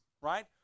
right